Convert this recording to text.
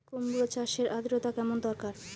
কুমড়ো চাষের আর্দ্রতা কেমন দরকার?